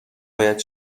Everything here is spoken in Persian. باید